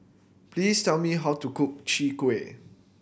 please tell me how to cook Chwee Kueh